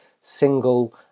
single